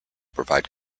provide